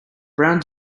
brown